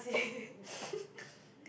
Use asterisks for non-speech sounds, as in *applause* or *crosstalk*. *laughs*